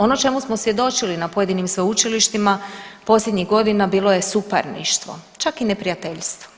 Ono o čemu smo svjedočili na pojedinim sveučilištima posljednjih godina bilo je suparništvo, čak i neprijateljstvo.